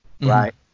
right